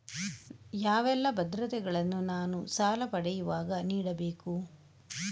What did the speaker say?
ಯಾವೆಲ್ಲ ಭದ್ರತೆಗಳನ್ನು ನಾನು ಸಾಲ ಪಡೆಯುವಾಗ ನೀಡಬೇಕು?